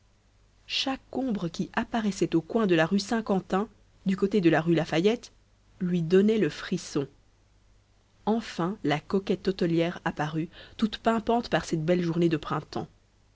chaque ombre qui apparaissait au coin de la rue saint-quentin du côté de la rue lafayette lui donnait le frisson enfin la coquette hôtelière apparut toute pimpante par cette belle journée de printemps